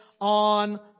on